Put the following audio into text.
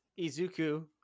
Izuku